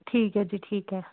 ਠੀਕ ਹੈ ਜੀ ਠੀਕ ਹੈ